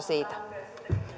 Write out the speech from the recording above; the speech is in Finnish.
siitä